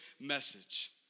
message